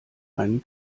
einen